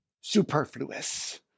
superfluous